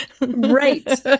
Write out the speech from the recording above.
Right